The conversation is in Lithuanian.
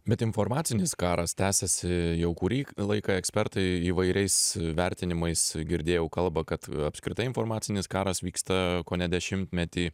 bet informacinis karas tęsiasi jau kurį laiką ekspertai įvairiais vertinimais girdėjau kalba kad apskritai informacinis karas vyksta kone dešimtmetį